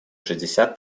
шестьдесят